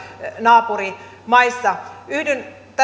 naapurimaissa yhdyn